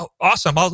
awesome